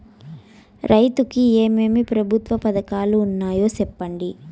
రైతుకు ఏమేమి ప్రభుత్వ పథకాలు ఉన్నాయో సెప్పండి?